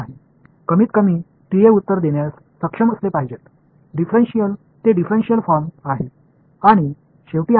குறைந்தபட்சம் TA க்கள் பதிலளிக்க முடியும் டிஃபரென்ஷியல் அது டிஃபரென்ஷியல் வடிவத்தில் உள்ளது